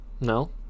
No